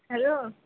hello